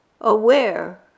aware